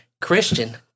Christian